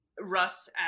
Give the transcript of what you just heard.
Russ